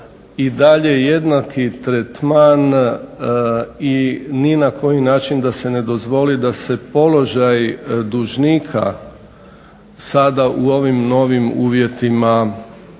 i dalje jednaki tretman i ni na koji način da se dozvoli da se položaj dužnika sada u ovim novim uvjetima oteža